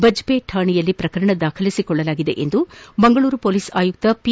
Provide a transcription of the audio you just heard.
ಬಜ್ಜೆ ಕಾಣೆಯಲ್ಲಿ ಪ್ರಕರಣ ದಾಖಲಿಸಿಕೊಳ್ಳಲಾಗಿದೆ ಎಂದು ಮಂಗಳೂರು ಪೊಲೀಸ್ ಆಯುಕ್ತ ಪಿ